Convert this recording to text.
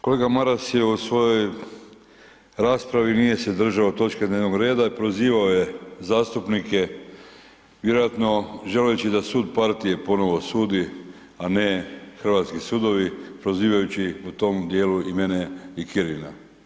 Kolega Maras je u svojoj raspravi, nije se držao točke dnevnog reda, prozivao je zastupnike, vjerojatno želeći da sud partije ponovo sudi, a ne hrvatski sudovi, prozivajući u tom dijelu i mene i Kirina.